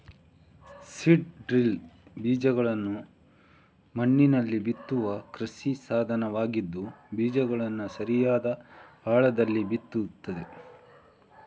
seed drill ಬೀಜಗಳನ್ನ ಮಣ್ಣಿನಲ್ಲಿ ಬಿತ್ತುವ ಕೃಷಿ ಸಾಧನವಾಗಿದ್ದು ಬೀಜಗಳನ್ನ ಸರಿಯಾದ ಆಳದಲ್ಲಿ ಬಿತ್ತುತ್ತದೆ